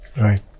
right